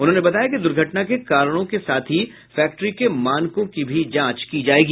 उन्होंने बताया कि दुर्घटना के कारणों के साथ ही फैक्ट्री के मानकों की भी जांच की जाएगी